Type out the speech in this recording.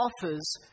offers